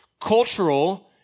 cultural